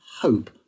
hope